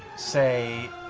say